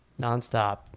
Nonstop